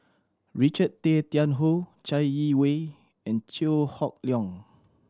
Richard Tay Tian Hoe Chai Yee Wei and Chew Hock Leong